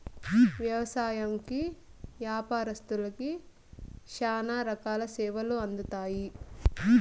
వ్యవసాయంకి యాపారత్తులకి శ్యానా రకాల సేవలు అందుతాయి